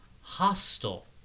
hostile